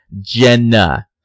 Jenna